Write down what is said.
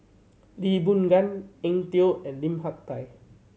Lee Boon Ngan Eng Tow and Lim Hak Tai